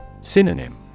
Synonym